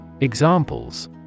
Examples